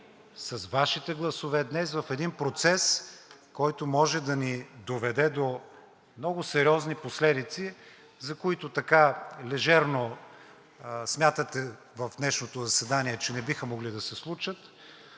с Вашите гласове днес в един процес, който може да ни доведе до много сериозни последици, за които, така лежерно, смятате в днешното заседание, че не биха могли да се случат,